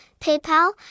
PayPal